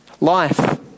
Life